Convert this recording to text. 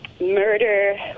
murder